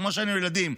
כמו כשהיינו ילדים,